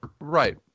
right